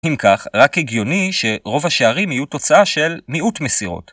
אם כך, רק הגיוני, ש-רוב השערים יהיו תוצאה של, מיעוט מסירות.